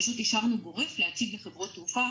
פשוט אישרנו באופן גורף להציג לחברות תעופה